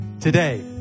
today